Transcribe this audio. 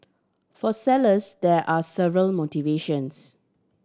for sellers there are several motivations